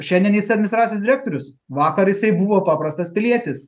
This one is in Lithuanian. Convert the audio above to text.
šiandien jis administracijos direktorius vakar jisai buvo paprastas pilietis